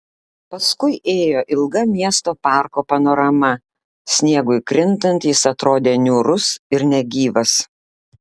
paskui ėjo ilga miesto parko panorama sniegui krintant jis atrodė niūrus ir negyvas